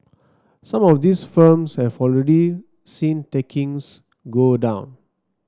some of these firms have already seen takings go down